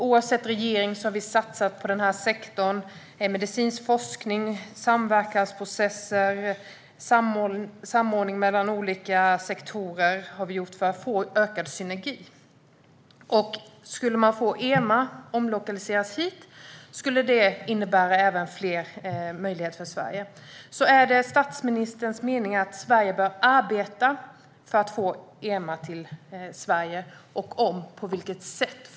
Oavsett regering har vi satsat på den här sektorn med medicinsk forskning, samverkansprocesser och samordning mellan olika sektorer för att få ökad synergi. Om EMA skulle omlokaliseras hit skulle det innebära fler möjligheter för Sverige. Är det statsministerns mening att Sverige bör arbeta för att få EMA till Sverige och i så fall på vilket sätt?